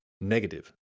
negative